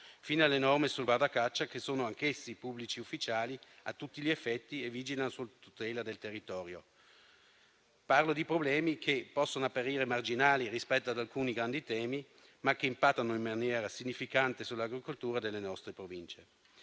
fino alle norme sui guardacaccia, che sono anch'essi pubblici ufficiali a tutti gli effetti e vigilano sulla tutela del territorio. Parlo di problemi che possono apparire marginali rispetto ad alcuni grandi temi, ma che impattano in maniera significante sull'agricoltura delle nostre Province.